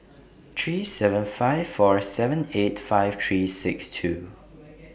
three seven five four seven eight five three six two